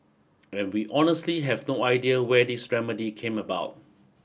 and we honestly have no idea where this remedy came about